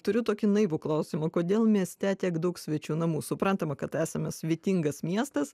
turiu tokį naivų klausimą kodėl mieste tiek daug svečių namų suprantama kad esame svetingas miestas